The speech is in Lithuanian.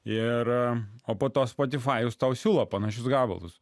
ir o po to spotify tau siūlo panašius gabalus